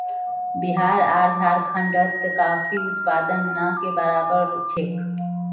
बिहार आर झारखंडत कॉफीर उत्पादन ना के बराबर छेक